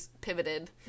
pivoted